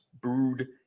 brewed